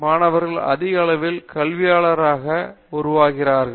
மாணவர்கள் அதிக அளவில் கல்வியாளராக உருவாகிறார்கள்